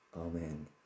Amen